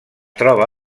troba